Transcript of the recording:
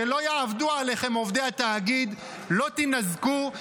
שלא יעבדו עליכם, עובדי התאגיד, לא תינזקו.